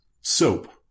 soap